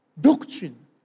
doctrine